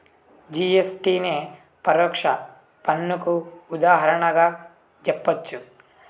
GST నే పరోక్ష పన్నుకు ఉదాహరణగా జెప్పచ్చు